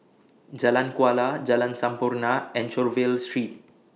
Jalan Kuala Jalan Sampurna and Anchorvale Street